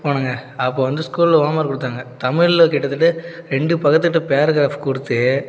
போனேங்க அப்போது வந்து ஸ்கூலில் ஹோம்ஒர்க் கொடுத்தாங்க தமிழில் கிட்டத்தட்ட ரெண்டு பக்கத்துக்கிட்ட பேரக்ராஃப் கொடுத்து